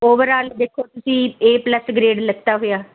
overall ਦੇਖੋ ਤੁਸੀਂ A plus grade ਲਿਤਾ ਹੋਇਆ